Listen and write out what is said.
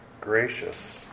gracious